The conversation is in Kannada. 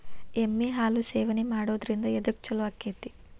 ಎಮ್ಮಿ ಹಾಲು ಸೇವನೆ ಮಾಡೋದ್ರಿಂದ ಎದ್ಕ ಛಲೋ ಆಕ್ಕೆತಿ?